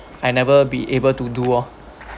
I never be able to do oh